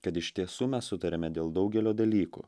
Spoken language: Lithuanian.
kad iš tiesų mes sutariame dėl daugelio dalykų